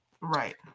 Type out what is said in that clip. Right